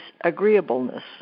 agreeableness